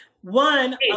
one